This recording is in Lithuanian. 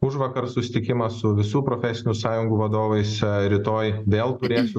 užvakar susitikimą su visų profesinių sąjungų vadovais rytoj vėl turėsiu